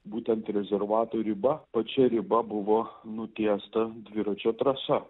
būtent rezervato riba pačia riba buvo nutiesta dviračio trasa